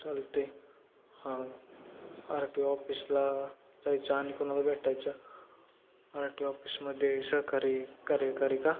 चालत आहे हां आर टी ओ ऑफिसला जायचं आणि कुणाला भेटायचं आर टी ओ ऑफिसमध्ये सहकारी कार्यकारी का